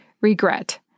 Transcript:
regret